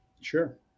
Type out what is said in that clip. Sure